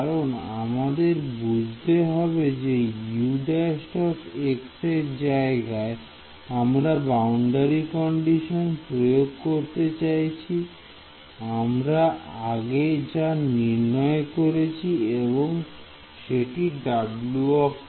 কারণ আমাদের বুঝতে হবে যে u′ এর জায়গায় আমরা বাউন্ডারি কন্ডিশন প্রয়োগ করতে চাইছি আমরা আগে যা নির্ণয় করেছি এবং সেটি w